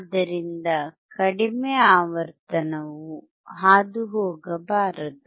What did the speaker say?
ಆದ್ದರಿಂದ ಕಡಿಮೆ ಆವರ್ತನವು ಹಾದುಹೋಗಬಾರದು